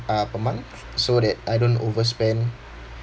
uh per month so that I don't overspend